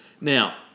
Now